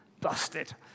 Busted